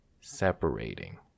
separating